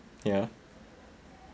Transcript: ya